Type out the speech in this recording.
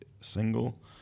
single